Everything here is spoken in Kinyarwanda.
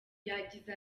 yagize